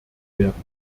werden